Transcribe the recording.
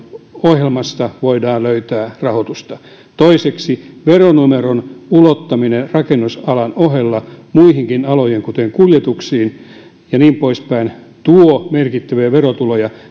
ohjelmasta voidaan löytää rahoitusta toiseksi veronumeron ulottaminen rakennusalan ohella muillekin aloille kuten kuljetuksiin ja niin poispäin tuo merkittäviä verotuloja